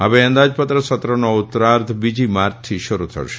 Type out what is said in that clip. હવે અંદાજપત્ર સત્રનો ઉત્તરાર્ધ બીજી માર્ચથી શરૂ થશે